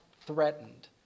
threatened